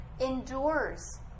endures